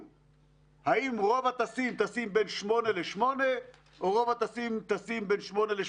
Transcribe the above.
דיווחים 1 עד 14, ו-15 ואילך